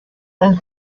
und